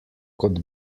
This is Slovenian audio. kot